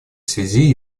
связи